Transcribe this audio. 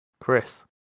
Chris